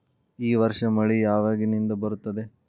ಈ ವರ್ಷ ಮಳಿ ಯಾವಾಗಿನಿಂದ ಬರುತ್ತದೆ?